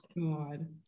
God